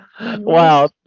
Wow